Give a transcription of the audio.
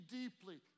deeply